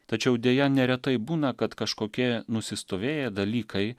tačiau deja neretai būna kad kažkokie nusistovėję dalykai